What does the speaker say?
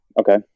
okay